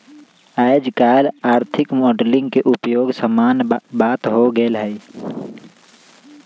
याजकाल आर्थिक मॉडलिंग के उपयोग सामान्य बात हो गेल हइ